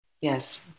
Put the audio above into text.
yes